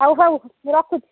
ହେଉ ହେଉ ମୁଁ ରଖୁଛି